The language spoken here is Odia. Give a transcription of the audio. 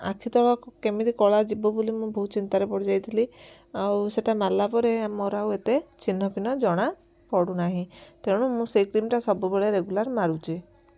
ଆଖି ତଳ କେମିତି କଳା ଯିବ ବୋଲି ମୁଁ ବହୁତ ଚିନ୍ତାରେ ପଡ଼ି ଯାଇଥିଲି ଆଉ ସେଇଟା ମାରିଲା ପରେ ଆମର ଏତେ ଚିହ୍ନ ଫିନ ଜଣା ପଡ଼ୁନାହିଁ ତେଣୁ ମୁଁ ସେଇ କ୍ରିମଟା ସବୁବେଳେ ରେଗୁଲାର ମାରୁଛି